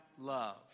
love